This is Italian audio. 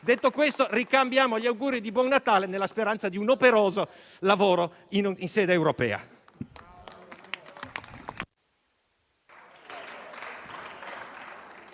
Detto questo, ricambiamo gli auguri di buon Natale, nella speranza di un operoso lavoro in sede europea.